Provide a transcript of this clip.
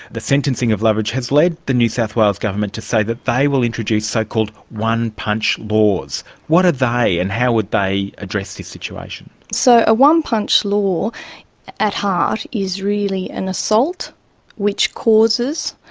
the sentencing of loveridge has led the new south wales government to say that they will introduce so-called one-punch laws. what are they and how would they address this situation? so, a one-punch law at heart is really an assault which causes,